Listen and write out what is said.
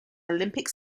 olympic